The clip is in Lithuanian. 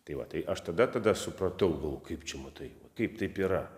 tai va tai aš tada tada supratau galvo kaip čia matai kaip taip yra